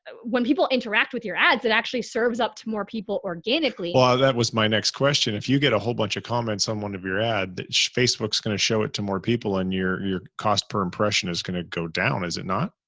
ah when people interact with your ads, it actually serves up to more people organically. well ah that was my next question. if you get a whole bunch of comments on one of your ad that facebook's going to show it to more people and your, your cost per impression is going to go down, is it not?